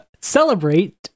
celebrate